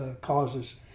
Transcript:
causes